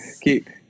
Keep